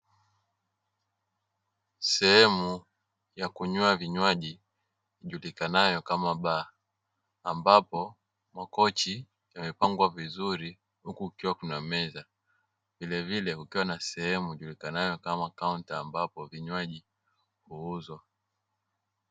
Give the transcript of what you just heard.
Sehemu ya kunywa vinywaji ijulikanayo kama baa. Ambapo makochi yamepangwa vizuri huku kukiwa kuna meza. Vile vile kukiwa na sehemu ijulikanayo kama kaunta ambapo vinywaji huuzwa.